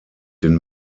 den